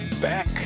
back